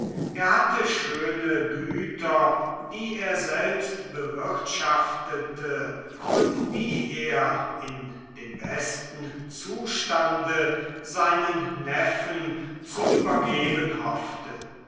er hatte schöne güter die er selbst bewirtschaftete und die er in dem besten zustande seinen neffen zu übergeben hoffte